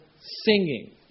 singing